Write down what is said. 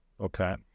Okay